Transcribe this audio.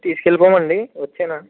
తీసుకెళ్ళిపోమా అండి వచ్చేనా